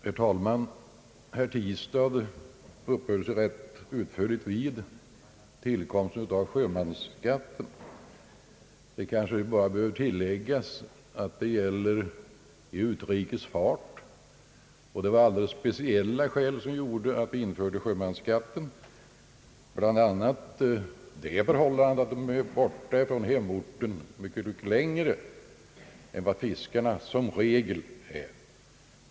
Herr talman! Herr Tistad uppehöll sig rätt utförligt vid tillkomsten av sjömansskatten. Det kanske bara behöver tilläggas att den gäller i utrikes fart. Det var alldeles speciella skäl som gjorde att vi införde sjömansskatten, bl.a. det skälet att dessa sjömän är borta från hemorten mycket längre än vad fiskarna i allmänhet är.